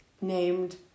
named